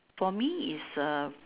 for me is uh